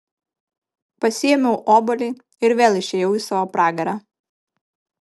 pasiėmiau obuolį ir vėl išėjau į savo pragarą